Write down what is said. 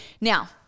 Now